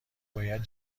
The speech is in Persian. باید